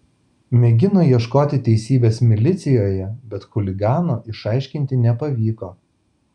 mėgino ieškoti teisybės milicijoje bet chuligano išaiškinti nepavyko